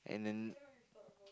and then